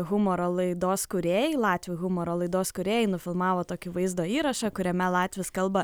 humoro laidos kūrėjai latvių humoro laidos kūrėjai nufilmavo tokį vaizdo įrašą kuriame latvis kalba